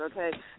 okay